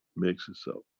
makes itself.